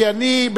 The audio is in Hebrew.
כי אני,